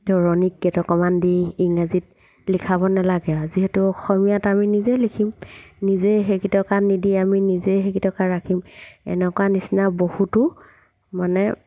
কেইটকামান দি ইংৰাজীত লিখাব নালাগে যিহেতু অসমীয়াত আমি নিজে লিখিম নিজে সেই কিটকা নিদি আমি নিজেই সেইকিটকা ৰাখিম এনেকুৱা নিচিনা বহুতো মানে